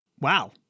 Wow